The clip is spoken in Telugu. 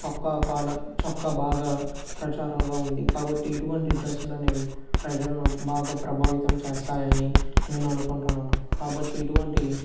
చొక్కా పాల చొక్కా బాగా ప్రచారంగా ఉంది కాబట్టి ఇటువంటి డ్రస్సులు అనేవి ప్రజలను బాగా ప్రభావితం చేస్తాయని నేను అనుకుంటున్నాను కాబట్టి ఇటువంటి